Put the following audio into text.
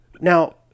Now